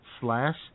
slash